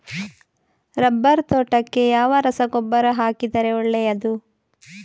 Rubber ತೋಟಕ್ಕೆ ಯಾವ ರಸಗೊಬ್ಬರ ಹಾಕಿದರೆ ಒಳ್ಳೆಯದು?